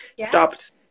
stopped